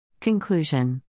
Conclusion